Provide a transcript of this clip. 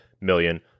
million